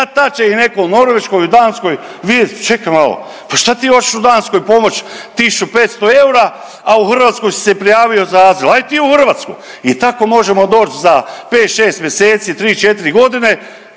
će ih netko u Norveškoj, u Danskoj, vidjet čekaj malo, pa šta ti hoćeš u Danskoj pomoći 1500 eura, a u Hrvatskoj si se prijavio za azil. Aj ti u Hrvatsku i tako možemo doći za 5, 6 mjeseci, 3, 4 godine